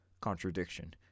contradiction